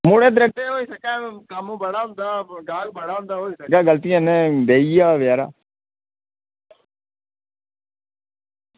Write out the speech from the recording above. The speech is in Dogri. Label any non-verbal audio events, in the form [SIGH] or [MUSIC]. थोह्ड़ा [UNINTELLIGIBLE] कम्म बड़ा होंदा गाह्क बड़ा होंदा होई सकदा गलतियै कन्नै देई गेआ होग बेचारा